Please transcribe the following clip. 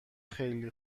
خیلی